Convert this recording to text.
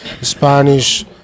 Spanish